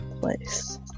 place